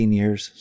years